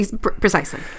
precisely